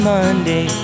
Monday